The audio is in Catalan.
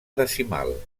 decimal